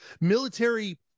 military